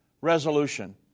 resolution